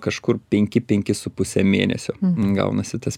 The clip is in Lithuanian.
kažkur penki penki su puse mėnesio gaunasi tas